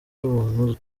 y’ubuntu